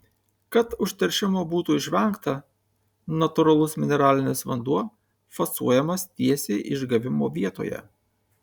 kad užteršimo būtų išvengta natūralus mineralinis vanduo fasuojamas tiesiai išgavimo vietoje